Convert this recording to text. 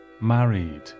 married